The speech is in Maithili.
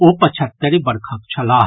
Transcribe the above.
ओ पचहत्तरि वर्षक छलाह